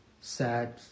sad